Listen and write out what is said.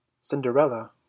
Cinderella